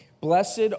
Blessed